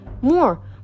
More